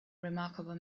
remarkable